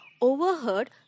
overheard